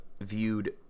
viewed